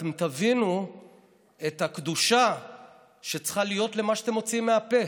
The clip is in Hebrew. אתם תבינו את הקדושה שצריכה להיות למה שאתם מוציאים מהפה.